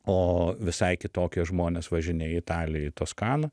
o visai kitokie žmonės važinėja į italiją į toskaną